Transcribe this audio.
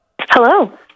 Hello